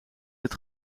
het